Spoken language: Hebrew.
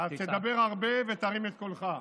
תדבר הרבה ותרים את קולך.